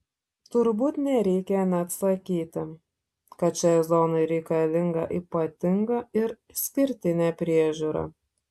turbūt nereikia net sakyti kad šiai zonai reikalinga ypatinga ir išskirtinė priežiūra